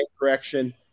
correction